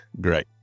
great